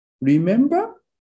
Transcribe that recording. remember